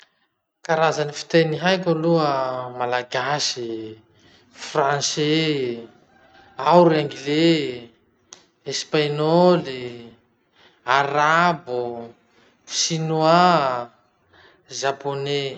Karaza ny fiteny haiko aloha malagasy, français, ao ry anglais, espagnol, arabo, chinois, japonais.